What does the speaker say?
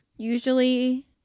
usually